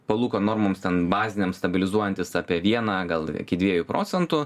palūkanų normoms ten bazinėm stabilizuojantis apie vieną gal iki dviejų procentų